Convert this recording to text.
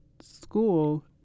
school